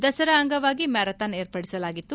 ದಸರಾ ಅಂಗವಾಗಿ ಮ್ಹಾರಾಥಾನ್ ವಿರ್ಪಡಿಸಲಾಗಿತ್ತು